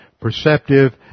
perceptive